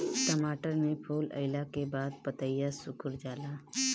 टमाटर में फूल अईला के बाद पतईया सुकुर जाले?